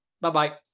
Bye-bye